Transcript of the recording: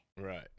Right